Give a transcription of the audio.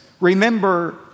remember